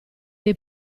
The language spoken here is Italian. dei